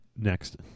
next